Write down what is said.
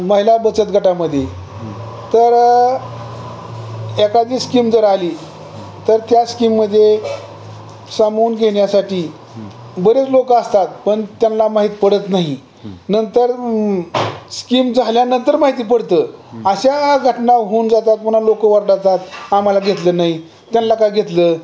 महिला बचत गटामध्ये तर एखादी स्कीम जर आली तर त्या स्कीममध्ये सामावून घेण्यासाठी बरेच लोकं असतात पण त्यांना माहित पडत नाही नंतर स्कीम झाल्यानंतर माहिती पडतं अशा घटना होऊन जातात पुन्हा लोकं ओरडतात आम्हाला घेतलं नाही त्यांना का घेतलं